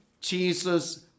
Jesus